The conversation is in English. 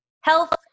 health